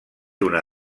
una